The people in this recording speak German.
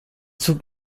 zug